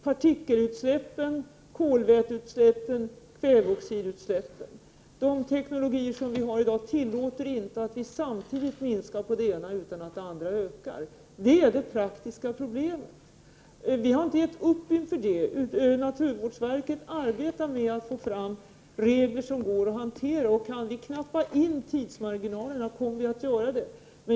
Partikelutsläppen, kolväteutsläppen eller kväveoxidutsläppen? De teknologier som vi har i dag tillåter inte att vi minskar på det ena utan att det andra ökar. Det är det praktiska problemet. Vi har inte givit upp inför detta, utan naturvårdsverket arbetar på att utforma regler som går att hantera. Kan vi minska tidsmarginalerna, kommer vi att göra det.